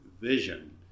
vision